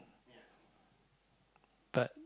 but